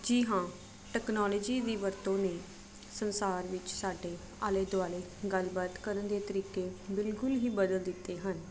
ਜੀ ਹਾਂ ਟੈਕਨੋਲੋਜੀ ਦੀ ਵਰਤੋਂ ਨੇ ਸੰਸਾਰ ਵਿੱਚ ਸਾਡੇ ਆਲੇ ਦੁਆਲੇ ਗੱਲਬਾਤ ਕਰਨ ਦੇ ਤਰੀਕੇ ਬਿਲਕੁਲ ਹੀ ਬਦਲ ਦਿੱਤੇ ਹਨ